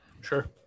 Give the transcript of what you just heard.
Sure